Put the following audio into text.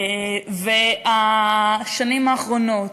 והשנים האחרונות,